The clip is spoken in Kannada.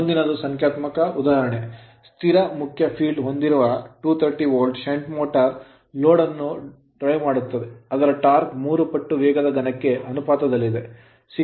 ಮುಂದಿನದು ಸಂಖ್ಯಾತ್ಮಕ ಉದಾಹರಣೆ ಸ್ಥಿರ ಮುಖ್ಯ filed ಕ್ಷೇತ್ರವನ್ನು ಹೊಂದಿರುವ 230 volt shunt motor shunt motor load load ಅನ್ನು ಡ್ರೈವ್ ಮಾಡುತ್ತದೆ ಅದರ ಟಾರ್ಕ್ ಮೂರು ಪಟ್ಟು ವೇಗದ ಘನಕ್ಕೆ ಅನುಪಾತದಲ್ಲಿದೆ